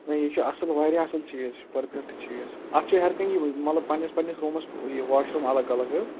نہَ یے چھُ اصٕل واریاہ اصٕل چیٖز پٔرفیٚکٹ چیٖز اتھ چھُ ہیٚرٕکنے روٗم مطلب پَنٕنس پَنٕنس روٗمس یہِ واش روٗم اَلگ اَلگ حظ